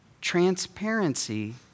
Transparency